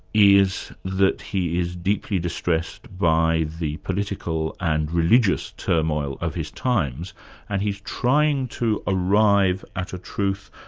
is that he is deeply distressed by the political and religious turmoil of his times and he's trying to arrive at a truth